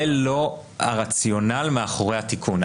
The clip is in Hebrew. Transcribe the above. זה לא הרציונל מאחורי התיקון.